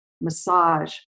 massage